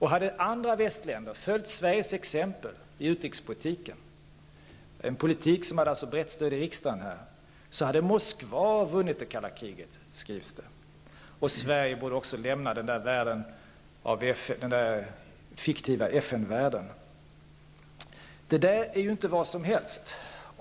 Hade andra västländer följt Sveriges exempel i utrikespolitiken, en politik som alltså hade brett stöd här i riksdagen, hade Moskva vunnit det kalla kriget, skrivs det. Sverige borde också lämna den fiktiva FN-världen. Det där är inte vad som helst.